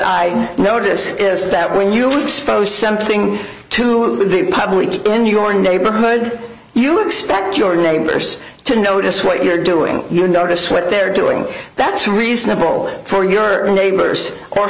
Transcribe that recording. i notice is that when you expose something to the public in your neighborhood you expect your neighbors to notice what you're doing you notice what they're doing that's reasonable for your neighbors or